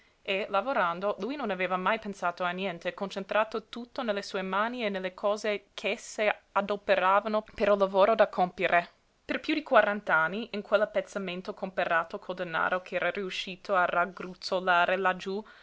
e lavorando lui non aveva mai pensato a niente concentrato tutto nelle sue mani e nelle cose ch'esse adoperavano per il lavoro da compiere per piú di quarant'anni in quell'appezzamento comperato col denaro ch'era riuscito a raggruzzolare laggiú